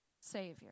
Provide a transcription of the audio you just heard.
Savior